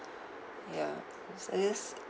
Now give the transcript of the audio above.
ya yes uh yes